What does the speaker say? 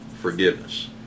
forgiveness